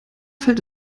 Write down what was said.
fällt